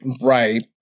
Right